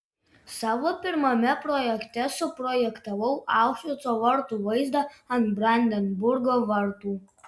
savo pirmame projekte suprojektavau aušvico vartų vaizdą ant brandenburgo vartų